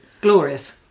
Glorious